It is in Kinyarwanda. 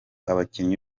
abakinnyi